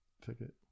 ticket